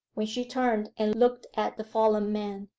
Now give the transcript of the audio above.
when she turned and looked at the fallen man.